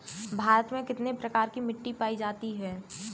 भारत में कितने प्रकार की मिट्टी पाई जाती है?